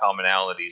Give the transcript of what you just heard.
commonalities